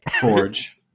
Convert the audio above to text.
Forge